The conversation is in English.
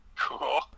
Cool